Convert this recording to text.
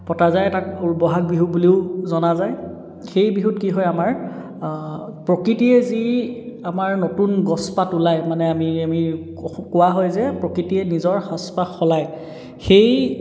পতা যায় তাক বহাগ বিহু বুলিও জনা যায় সেই বিহুত কি হয় আমাৰ প্ৰকৃতিয়ে যি আমাৰ নতুন গছ পাত ওলায় মানে আমি আমি কোৱা হয় যে প্ৰকৃতিয়ে নিজৰ সাজপাৰ সলায় সেই